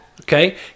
okay